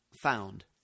found